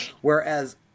whereas